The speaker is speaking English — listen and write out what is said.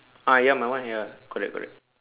ah ya my one ya correct correct